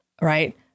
right